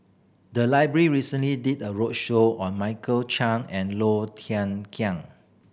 the library recently did a roadshow on Michael Chiang and Low Thia Khiang